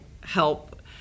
help